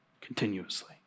continuously